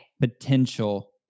potential